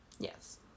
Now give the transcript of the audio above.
Yes